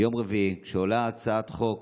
ביום רביעי, כשעולה הצעת חוק